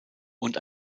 und